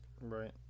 Right